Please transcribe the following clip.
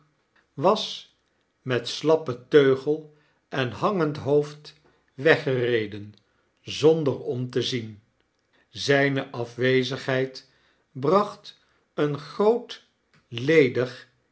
was met slappen teugel en hangend hoofd weggereden zonder om te zien zyne afwezigheid bracht een groot ledig